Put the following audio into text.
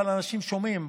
אבל אנשים שומעים.